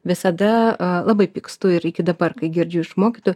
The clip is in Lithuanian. visada labai pykstu ir iki dabar kai girdžiu iš mokytojų